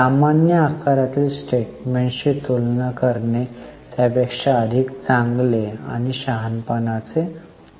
सामान्य आकारातील स्टेटमेन्ट्सची तुलना करणे त्यापेक्षा अधिक चांगले आणि शहाणपणाचे बनते